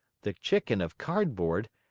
the chicken of cardboard,